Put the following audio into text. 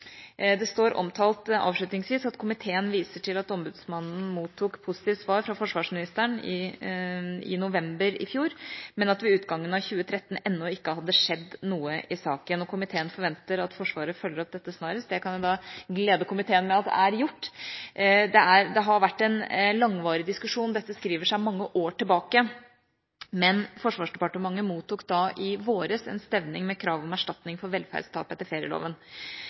Det står avslutningsvis omtalt at komiteen viser til at «ombudsmannen mottok positivt svar fra forsvarsministeren» – dette skjedde i november i fjor – «men at det ved utgangen av 2013 ennå ikke hadde skjedd noe i saken. Komiteen forventer at Forsvaret følger opp dette snarest». Jeg kan da glede komiteen med at det er gjort. Det har vært en langvarig diskusjon, dette skriver seg mange år tilbake. Men Forsvarsdepartementet mottok i våres en stevning med krav om erstatning for velferdstap etter ferieloven.